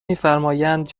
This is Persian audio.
میفرمایند